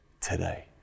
today